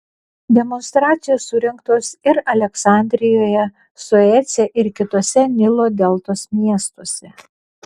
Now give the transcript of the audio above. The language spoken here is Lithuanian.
demonstracijos surengtos ir aleksandrijoje suece ir kituose nilo deltos miestuose